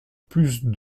plus